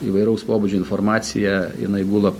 įvairaus pobūdžio informacija jinai gula